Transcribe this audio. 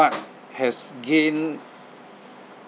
art has gained